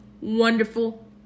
wonderful